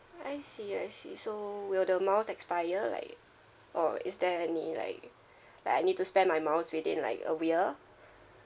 I see I see so will the miles expire like or is there any like like I need to spend my miles within like a year